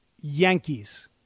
Yankees